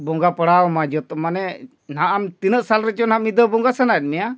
ᱵᱚᱸᱜᱟ ᱯᱟᱲᱟᱣ ᱟᱢᱟ ᱡᱷᱚᱛᱚ ᱢᱟᱱᱮ ᱱᱟᱦᱟᱜ ᱟᱢ ᱛᱤᱱᱟᱹᱜ ᱥᱟᱞ ᱨᱮᱪᱚ ᱱᱟᱜ ᱢᱤᱫ ᱫᱷᱟᱣ ᱵᱚᱸᱜᱟ ᱥᱟᱱᱟᱭᱮᱫ ᱢᱮᱭᱟ